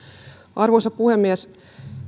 arvoisa puhemies